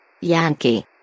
Yankee